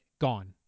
gone